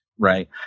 Right